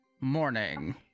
Morning